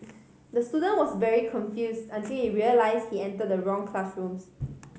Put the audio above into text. the student was very confused until he realised he entered the wrong classrooms